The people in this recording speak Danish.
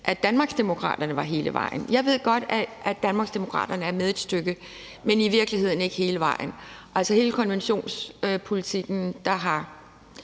at Danmarksdemokraterne var med hele vejen. Jeg ved godt, at Danmarksdemokraterne er med et stykke, men i virkeligheden ikke hele vejen. Altså, i forhold til hele konventionspolitikken har